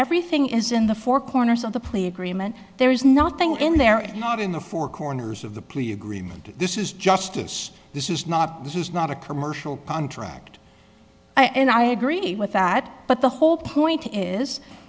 everything is in the four corners of the plea agreement there's nothing in there and not in the four corners of the plea agreement this is justice this is not this is not a commercial contract and i agree with that but the whole point is